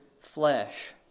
flesh